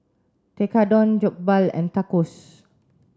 Tekkadon Jokbal and Tacos